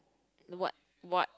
the what what